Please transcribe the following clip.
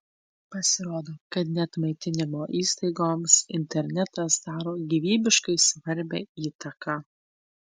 pasirodo kad net maitinimo įstaigoms internetas daro gyvybiškai svarbią įtaką